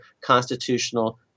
constitutional